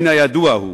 מן הידוע הוא